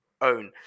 own